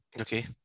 Okay